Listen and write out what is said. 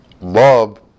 love